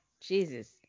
Jesus